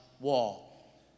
wall